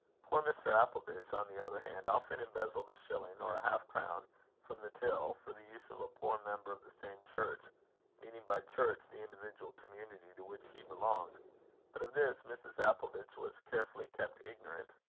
poor mr. appleditch, on the other hand, often embezzled a shilling or a half-crown from the till, for the use of a poor member of the same church meaning by church, the individual community to which he belonged but of this, mrs. appleditch was carefully kept ignorant.